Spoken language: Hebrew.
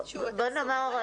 בוא נאמר,